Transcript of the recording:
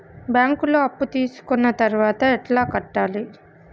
బ్యాంకులో అప్పు తీసుకొని తర్వాత ఎట్లా కట్టాలి?